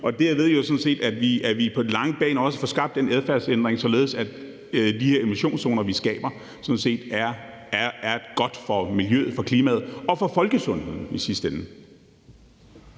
vi sådan set på den lange bane få skabt den her adfærdsændring, således at de her nulemissionszoner, vi skaber, er godt for miljøet og klimaet og for folkesundheden i sidste ende.